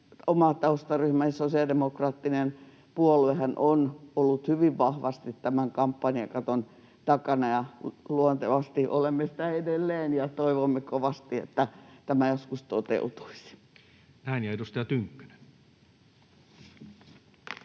oma taustaryhmämme eli sosiaalidemokraattinen puoluehan on ollut hyvin vahvasti tämän kampanjakaton takana, ja luontevasti olemme sitä edelleen, ja toivomme kovasti, että tämä joskus toteutuisi. [Speech 122] Speaker: